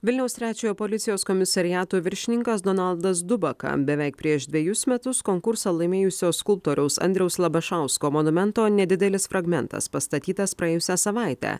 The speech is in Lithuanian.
vilniaus trečiojo policijos komisariato viršininkas donaldas dubaka beveik prieš dvejus metus konkursą laimėjusio skulptoriaus andriaus labašausko monumento nedidelis fragmentas pastatytas praėjusią savaitę